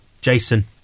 Jason